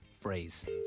phrase